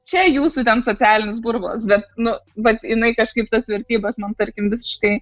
čia jūsų ten socialinis burbulas bet nu vat jinai kažkaip tas vertybes man tarkim visiškai